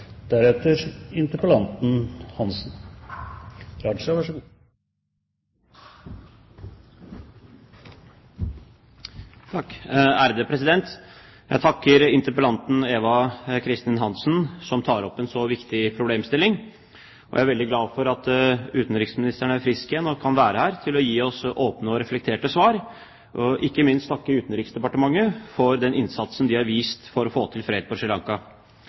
Jeg takker interpellanten Eva Kristin Hansen som tar opp en så viktig problemstilling. Jeg er veldig glad for at utenriksministeren er frisk igjen og kan være her og gi oss åpne og reflekterte svar, og ikke minst vil jeg takke Utenriksdepartementet for den innsatsen de har vist for å få til fred på